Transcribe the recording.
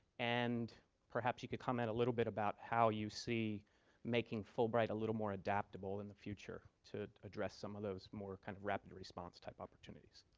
and perhaps you could comment a little bit about how you see making fulbright a little more adaptable in the future, to address some of those more kind of rapid-response type of opportunities.